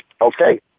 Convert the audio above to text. Okay